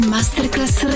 Masterclass